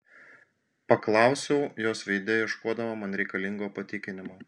paklausiau jos veide ieškodama man reikalingo patikinimo